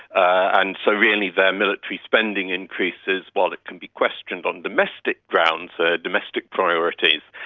and so really there military spending increases, while it can be questioned on domestic grounds, ah domestic priorities,